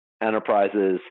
enterprises